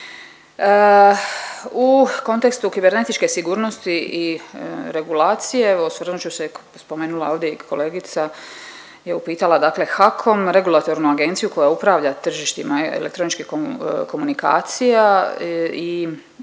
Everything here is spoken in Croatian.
U kontekstu kibernetičke sigurnosti i regulacije evo osvrnut ću se, spomenula je ovdje i kolegica je upitala dakle HAKOM, regulatornu agenciju koja upravlja tržištima elektroničkih komunikacija i često je